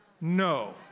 No